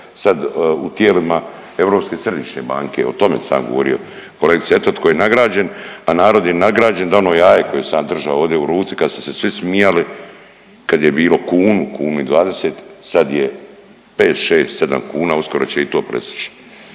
sad u tijelima Europske središnje banke, o tome sam ja govorio, kolegice, eto tko je nagrađen, a narod je nagrađen da ono jaje koje sam ja držao ovdje u ruci kad ste se svi smijali, kad je bilo kunu, kunu i 20, sad je 5, 6, 7 kuna, uskoro će i to prestići,